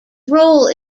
role